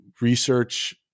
research